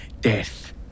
death